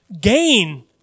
gain